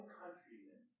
countrymen